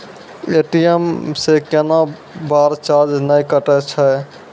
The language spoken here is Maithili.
ए.टी.एम से कैतना बार चार्ज नैय कटै छै?